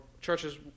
churches